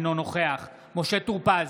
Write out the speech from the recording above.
אינו נוכח משה טור פז,